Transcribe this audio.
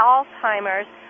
Alzheimer's